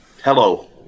Hello